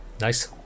Nice